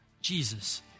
Jesus